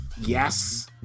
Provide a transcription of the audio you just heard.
yes